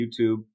YouTube